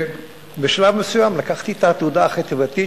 בשלב מסוים לקחתי את העתודה החטיבתית,